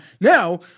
Now